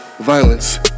violence